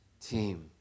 team